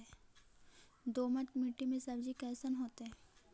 दोमट मट्टी में सब्जी कैसन होतै?